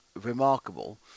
remarkable